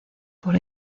por